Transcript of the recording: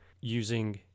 using